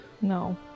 No